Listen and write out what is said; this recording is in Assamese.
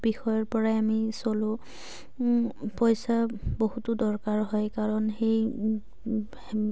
বিষয়ৰপৰাই আমি চলোঁ পইচা বহুতো দৰকাৰ হয় কাৰণ সেই